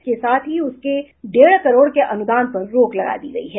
इसके साथ ही उसके डेढ़ करोड़ के अनुदान पर रोक लगा दी गयी है